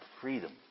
freedom